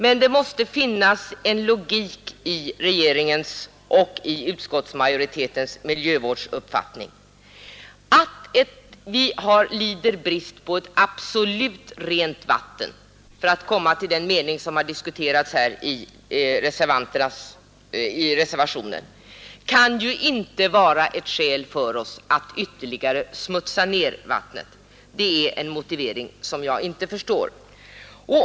Men det måste finnas en logik i regeringens och i utskottsmajoritetens miljövårdsuppfattning. Att vi lider brist på ett aboslut rent vatten — för att komma till den mening i reservationen som har diskuterats här — kan ju inte vara ett skäl för oss att ytterligare smutsa ner vattnet. Det är en motivering som jag inte förstår.